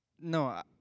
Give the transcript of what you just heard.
No